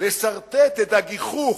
לסרטט את הגיחוך,